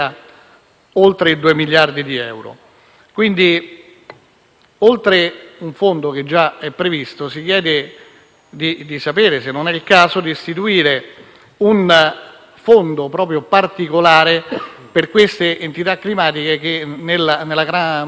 oltre al fondo già previsto, si chiede di sapere se non sia il caso di istituire un fondo particolare per queste calamità climatiche che, nella gran parte dei casi, hanno distrutto la totalità del raccolto